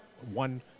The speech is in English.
one